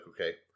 okay